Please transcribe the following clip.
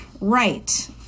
right